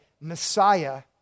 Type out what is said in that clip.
Messiah